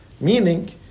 Meaning